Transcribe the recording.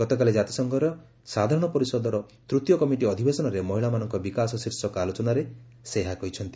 ଗତକାଲି କାତିସଂଘର ସାଧାରଣ ପରିଷଦର ତୃତୀୟ କମିଟି ଅଧିବେଶନରେ 'ମହିଳାମାନଙ୍କ ବିକାଶ' ଶୀର୍ଷକ ଆଲୋଚନାରେ ସେ ଏହା କହିଛନ୍ତି